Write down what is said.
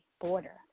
border